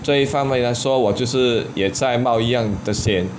这一方面来说我就是也在冒一样的险